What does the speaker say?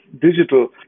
digital